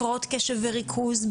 הפרעות קשב וריכוז,